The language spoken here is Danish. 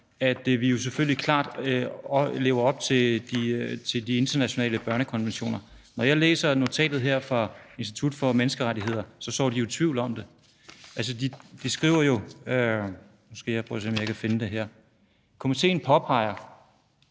at vi jo selvfølgelig klart lever op til de internationale børnekonventioner. Når jeg læser notatet her fra Institut for Menneskerettigheder, ser jeg, at de sår tvivl om det. Altså, de skriver jo – nu skal jeg prøve at se, om jeg kan finde det her: Komitéen